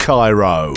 Cairo